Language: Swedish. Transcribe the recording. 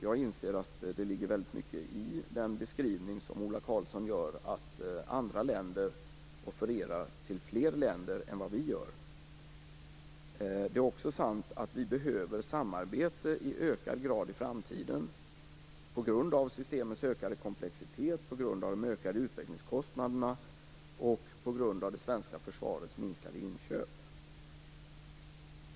Jag inser att det ligger väldigt mycket i den beskrivning som Ola Karlsson gör, dvs. att andra länder offererar till fler länder än vad vi gör. Det är också sant att vi behöver samarbete i ökad grad i framtiden på grund av systemets ökade komplexitet, de ökade utvecklingskostnaderna och det svenska försvarets minskade inköp.